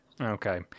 okay